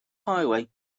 highway